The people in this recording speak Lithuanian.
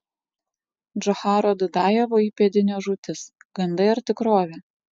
džocharo dudajevo įpėdinio žūtis gandai ar tikrovė